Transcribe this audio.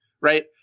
right